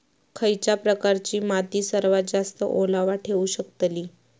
खयच्या प्रकारची माती सर्वात जास्त ओलावा ठेवू शकतली?